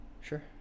Sure